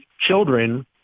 children